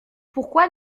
pourquoi